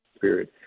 period